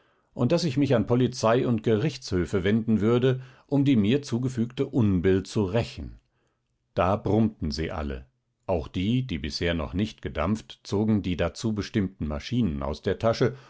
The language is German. und daß ich mich an polizei und gerichtshöfe wenden würde um die mir zugefügte unbill zu rächen da brummten sie alle auch die die bisher noch nicht gedampft zogen die dazu bestimmten maschinen aus der tasche